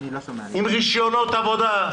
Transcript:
עם רישיונות עבודה,